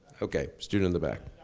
okay, student at the back.